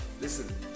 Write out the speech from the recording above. listen